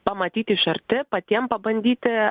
pamatyti iš arti patiem pabandyti